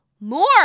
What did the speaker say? more